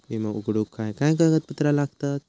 विमो उघडूक काय काय कागदपत्र लागतत?